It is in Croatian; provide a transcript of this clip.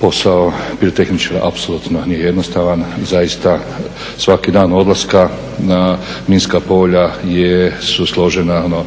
posao pirotehničara apsolutno nije jednostavan, zaista svaki dan odlaska na minska polja je, su složena